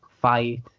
fight